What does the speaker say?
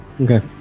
Okay